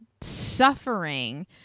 suffering